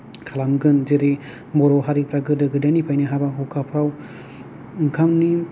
खालामगोन जेरै बर' हारिफ्रा गोदो गोदायनिफ्रायनो हाबा हुखाफ्राव ओंखामनि